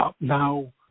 Now